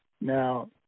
Now